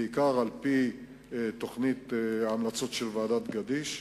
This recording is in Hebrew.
בעיקר על-פי תוכנית ההמלצות של ועדת-גדיש.